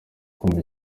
kumva